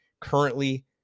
currently